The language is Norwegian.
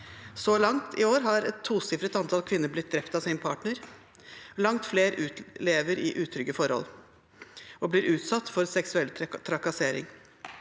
Så langt i år har et tosifret antall kvinner blitt drept av sin partner og langt flere lever i utrygge forhold, og blir utsatt for seksuell trakassering.